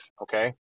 Okay